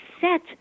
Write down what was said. set